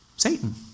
Satan